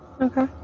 Okay